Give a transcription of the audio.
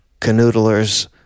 canoodlers